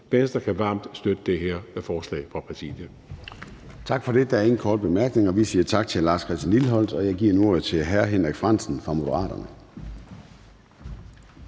Venstre kan varmt støtte det forslag fra Præsidiet.